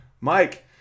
Mike